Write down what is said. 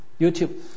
YouTube